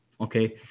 Okay